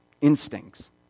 instincts